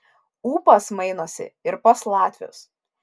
ūpas mainosi ir pas latvius